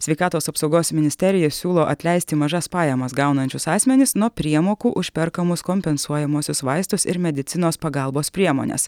sveikatos apsaugos ministerija siūlo atleisti mažas pajamas gaunančius asmenis nuo priemokų už perkamus kompensuojamuosius vaistus ir medicinos pagalbos priemones